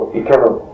eternal